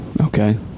Okay